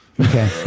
Okay